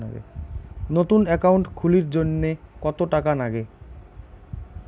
নতুন একাউন্ট খুলির জন্যে কত টাকা নাগে?